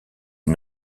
est